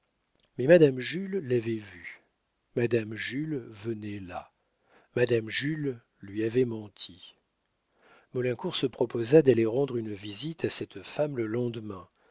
mais madame jules l'avait vu madame jules venait là madame jules lui avait menti maulincour se proposa d'aller rendre une visite à cette femme le lendemain